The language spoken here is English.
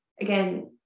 again